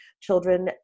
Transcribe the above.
children